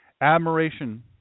admiration